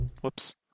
Whoops